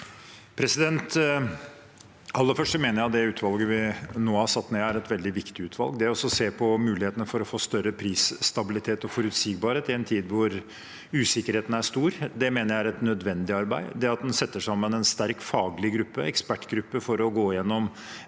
Aller først mener jeg det utvalget vi nå har satt ned, er et veldig viktig utvalg. Det å se på mulighetene for å få større prisstabilitet og forutsigbarhet i en tid da usikkerheten er stor, mener jeg er et nødvendig arbeid. Det at en setter sammen en sterk faglig gruppe, ekspertgruppe, for å gå igjennom